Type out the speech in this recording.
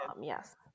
yes